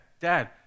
Dad